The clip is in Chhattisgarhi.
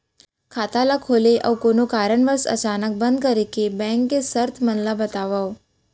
खाता ला खोले अऊ कोनो कारनवश अचानक बंद करे के, बैंक के शर्त मन ला बतावव